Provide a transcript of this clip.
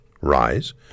rise